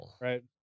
right